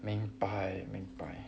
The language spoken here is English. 明白明白